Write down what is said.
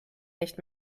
nicht